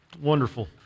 Wonderful